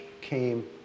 came